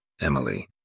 Emily